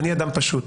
אני איש פשוט,